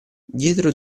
dietro